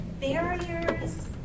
barriers